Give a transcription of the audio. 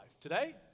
Today